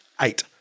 eight